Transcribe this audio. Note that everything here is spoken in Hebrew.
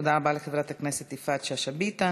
תודה רבה לחברת הכנסת יפעת שאשא ביטן.